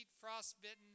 frostbitten